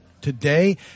Today